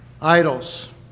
Idols